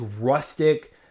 rustic